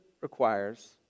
requires